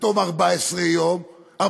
בתום 14 שבועות,